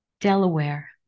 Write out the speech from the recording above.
Delaware